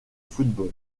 football